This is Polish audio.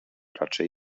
raczej